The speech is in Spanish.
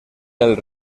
del